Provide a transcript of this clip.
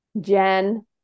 Jen